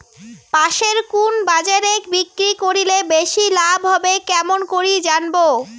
পাশের কুন বাজারে বিক্রি করিলে বেশি লাভ হবে কেমন করি জানবো?